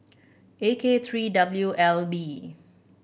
A K three W L B